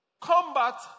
Combat